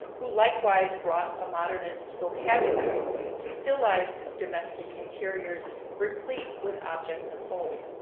who likewise brought a modernist vocabulary to still lives of domestic interiors replete with objects of old.